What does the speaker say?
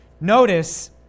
Notice